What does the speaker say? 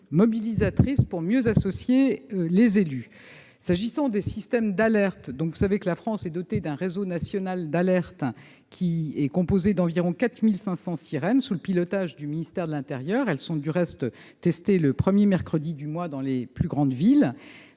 mobilisatrices pour mieux associer les élus. Vous savez que la France est dotée d'un réseau national d'alerte composé d'environ 4 500 sirènes, sous le pilotage du ministère de l'intérieur. Ces sirènes sont testées le premier mercredi du mois dans les plus grandes villes.